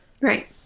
right